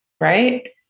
right